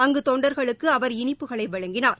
அங்கு தொண்டர்களுக்கு அவர் இனிப்புகளை வழங்கினார்